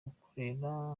gukorera